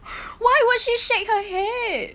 why would she shake her head